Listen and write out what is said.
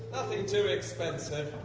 nothing too expensive